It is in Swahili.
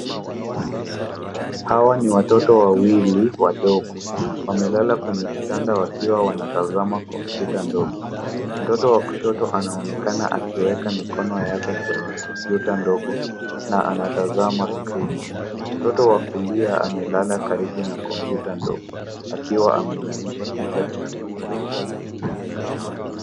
Hawa ni watoto wawili wadogo. Wamelala kwenye kitanda wakiwa wanatazama kompyuta ndogo. Mtoto wa kushoto anaonekana akiweka mikono yake kwenye kompyuta ndogo na anatazama skrini. Mtoto wa kulia amelala karibu na kompyuta ndogo akiwa ameinamisha kichwa chake.